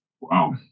Wow